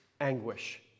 anguish